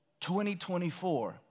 2024